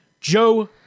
Joe